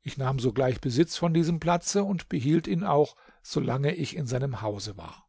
ich nahm sogleich besitz von diesem platze und behielt ihn auch solange ich in seinem hause war